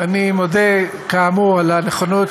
אני מודה, כאמור, על הנכונות